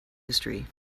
history